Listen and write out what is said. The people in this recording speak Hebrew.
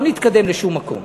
לא נתקדם לשום מקום.